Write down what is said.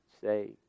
say